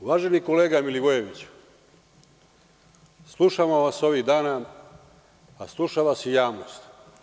Uvaženi kolega Milivojeviću, slušamo vas ovih dana, a sluša vas i javnost…